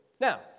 Now